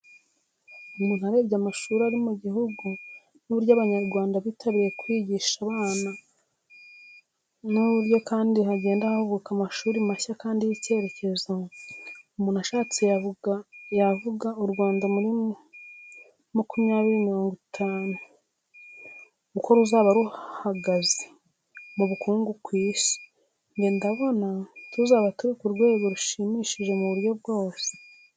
Umuntu arebye amashuri ari mugihugu n,uburyo abanyarwanda bitabiriye kwigisha abana nuburo kandi hagenda havuka amashuri mashya kandi yicyerekezo. umuntu ashatse yavuga uRwanda muri makumyabiri mirongo itanu uko ruzaba ruhaga mubukungu kw,isi nge ndabona tuzaba turikurwego rushimishije muburyo bwose.